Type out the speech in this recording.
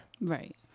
Right